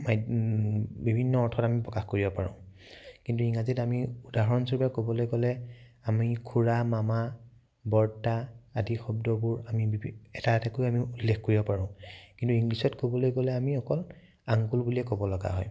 বিভিন্ন অৰ্থত আমি প্ৰকাশ কৰিব পাৰোঁ কিন্তু ইংৰাজীত আমি উদাহৰণস্বৰূপে ক'বলৈ গ'লে আমি খুড়া মামা বৰতা আদি শব্দবোৰ আমি এটা এটাকৈ আমি উল্লেখ কৰিব পাৰোঁ কিন্তু ইংলিছত ক'বলৈ গ'লে আমি অকল আংকুল বুলিয়েই ক'ব লগা হয়